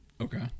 Okay